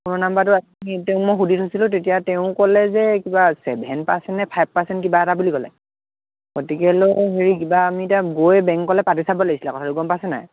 ফোনৰ নম্বৰটো আনি মই সুধি থৈছিলোঁ তেতিয়া তেওঁ ক'লে যে কিবা চেভেন পাৰ্চেন নে ফাইভ পাৰ্চেন কিবা এটা বুলি ক'লে গতিকে লোন হেৰি কিবা আমি এতিয়া গৈ বেংকলৈ পাতি চাব লাগিছিলে কথাটো গম পাইছ নে নাই